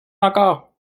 encore